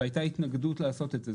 והייתה התנגדות לעשות את זה.